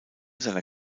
seiner